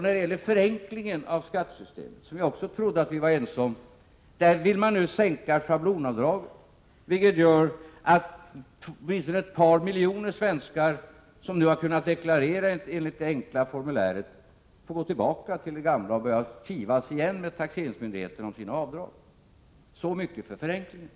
När det gäller förenklingen av skattesystemet, som jag också trodde att vi var ense om, vill man sänka schablonavdraget, vilket gör att åtminstone ett par miljoner svenskar som nu har kunnat deklarera enligt det enkla formuläret får gå tillbaka till det gamla formuläret och återigen börja kivas med taxeringsmyndigheterna om sina avdrag. Så var det alltså i fråga om förenklingen!